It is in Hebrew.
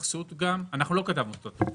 אנחנו לא כתבנו את התוכנית.